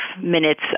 minutes